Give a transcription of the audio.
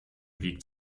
wiegt